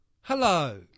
Hello